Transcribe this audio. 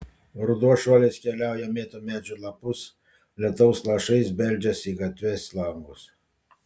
ruduo šuoliais keliauja mėto medžių lapus lietaus lašais beldžiasi į gatves langus